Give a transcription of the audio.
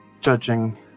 judging